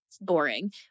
boring